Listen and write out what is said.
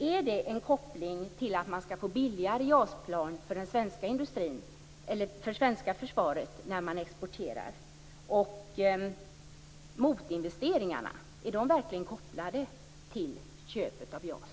Är detta en koppling till att man skall få billigare JAS-plan till det svenska försvaret när man exporterar? Är verkligen motinvesteringarna kopplade till köpet av JAS?